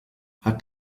hat